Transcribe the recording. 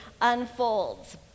unfolds